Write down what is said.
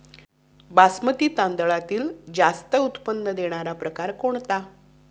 बासमती तांदळातील जास्त उत्पन्न देणारा प्रकार कोणता?